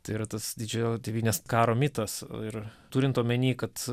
tai yra tas didžiojo tėvynės karo mitas ir turint omeny kad